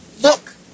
look